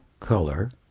color